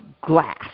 glass